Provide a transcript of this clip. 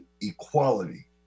equality